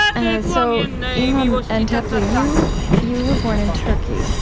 ah so imam antepli, you you were born in turkey.